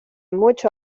mucho